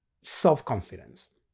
self-confidence